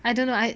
I dunno I